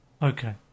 Okay